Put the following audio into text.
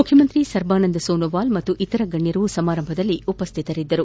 ಮುಖ್ಯಮಂತ್ರಿ ಸರ್ಬಾನಂದ್ ಸೊಸೊವಾಲ್ ಹಾಗೂ ಇತರ ಗಣ್ಣರು ಸಮಾರಂಭದಲ್ಲಿ ಉಪಸ್ಸಿತರಿದ್ದರು